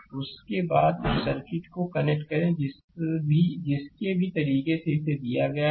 और इसके बाद उस सर्किट को कनेक्ट करें जिस भी तरीके से इसे दिया गया है